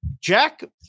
Jack